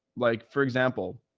like for example,